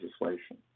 legislation